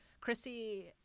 Chrissy